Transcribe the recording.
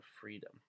freedom